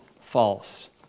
false